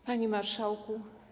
Panie Marszałku!